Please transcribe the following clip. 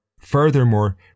Furthermore